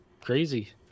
crazy